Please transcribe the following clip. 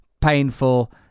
painful